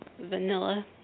vanilla